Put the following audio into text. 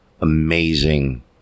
amazing